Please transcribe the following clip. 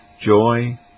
joy